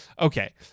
Okay